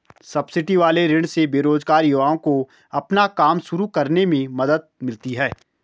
subsidy वाले ऋण से बेरोजगार युवाओं को अपना काम शुरू करने में मदद मिलती है